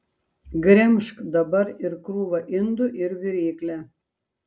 gremžk dabar ir krūvą indų ir viryklę